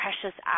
precious